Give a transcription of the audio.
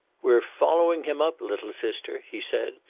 we're following him up, little sister, he said.